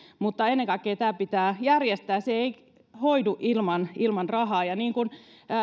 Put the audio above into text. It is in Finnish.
mutta ennen kaikkea tämä pitää järjestää se ei hoidu ilman ilman rahaa ja niin kuin